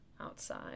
outside